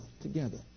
together